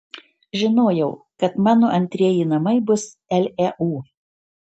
žinojau kad mano antrieji namai bus leu